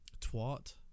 Twat